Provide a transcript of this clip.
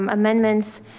um amendments,